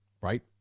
right